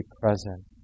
present